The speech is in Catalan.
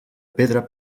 pedra